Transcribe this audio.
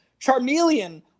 Charmeleon